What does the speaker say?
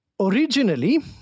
Originally